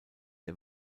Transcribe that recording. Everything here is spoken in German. der